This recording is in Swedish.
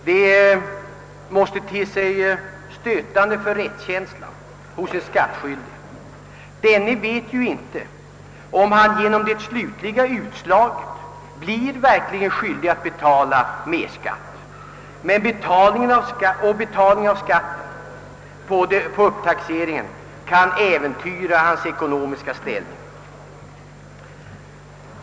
Det måste te sig stötande för en skattskyldigs rättskänsla. Denne vet ju inte, om han genom det slutliga utslaget verkligen blir skyldig att betala mer skatt, och betalningen av skatt på grund av upptaxeringen kan äventyra hans ekonomiska ställning.